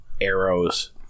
arrows